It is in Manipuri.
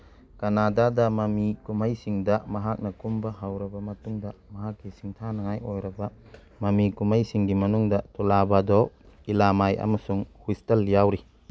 ꯀꯅꯥꯗꯥꯗ ꯃꯃꯤ ꯀꯨꯝꯍꯩꯁꯤꯡꯗ ꯃꯍꯥꯛꯅ ꯀꯨꯝꯕ ꯍꯧꯔꯕ ꯃꯇꯨꯡꯗ ꯃꯍꯥꯛꯀꯤ ꯁꯤꯡꯊꯥꯅꯤꯉꯥꯏ ꯑꯣꯏꯔꯕ ꯃꯃꯤ ꯀꯨꯝꯍꯩꯁꯤꯡꯒꯤ ꯃꯅꯨꯡꯗ ꯊꯨꯂꯥꯚꯙꯣ ꯏꯂꯥꯃꯥꯏ ꯑꯃꯁꯨꯡ ꯍꯨꯏꯁꯇꯜ ꯌꯥꯎꯔꯤ